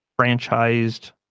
franchised